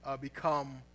become